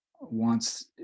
wants